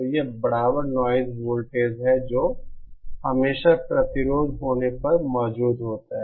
तो यह बराबर नॉइज़ वोल्टेज है जो हमेशा प्रतिरोध होने पर मौजूद होता है